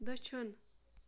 دٔچھُن